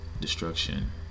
destruction